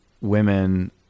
women